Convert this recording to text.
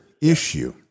issue